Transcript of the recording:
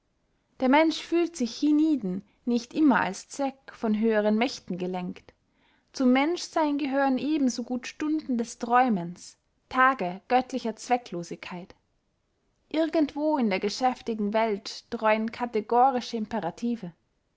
der mensch fühlt sich hienieden nicht immer als zweck von höheren mächten gelenkt zum menschsein gehören ebensogut stunden des träumens tage göttlicher zwecklosigkeit irgendwo in der geschäftigen welt dräuen kategorische imperative